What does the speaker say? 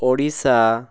Odisha